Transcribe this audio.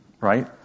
right